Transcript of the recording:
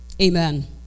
Amen